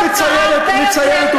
היית מציינת.